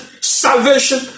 salvation